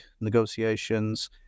negotiations